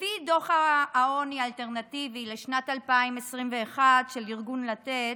לפי דוח העוני האלטרנטיבי לשנת 2021 של ארגון לתת,